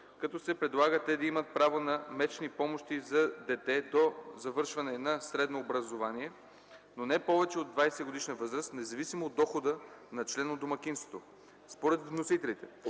като се предлага те да имат право на месечни помощи за дете до завършване на средно образование, но не повече от 20-годишна възраст, независимо от дохода на член от домакинството. Според вносителите